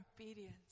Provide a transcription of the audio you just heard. obedience